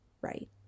right